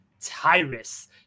Tyrus